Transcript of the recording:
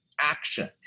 action